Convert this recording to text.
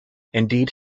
indeed